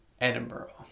Edinburgh